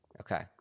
Okay